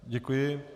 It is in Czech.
Děkuji.